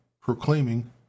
proclaiming